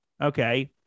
Okay